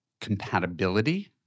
compatibility